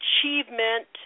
achievement